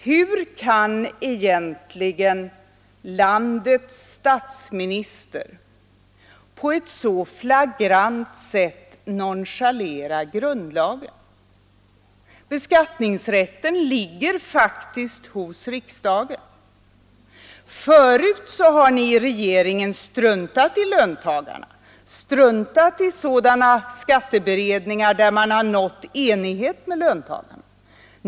Hur kan egentligen landets statsminister på ett så —— flagrant sätt nonchalera grundlagen? Beskattningsrätten ligger faktiskt rR hos riksdagen. Förut har ni i regeringen struntat i löntagarna, struntat i politiken m.m. sådana skatteberedningar där man har nått enighet med löntagarna.